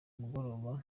mugoroba